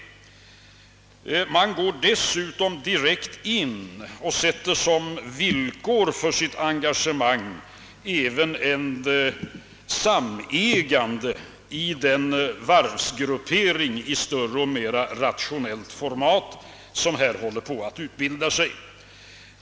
Man sätter dessutom upp som direkt villkor för sitt engagemang ett samägande i den varvsgruppering i större och mer rationellt format som här håller på att utbilda sig.